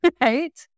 right